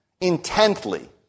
intently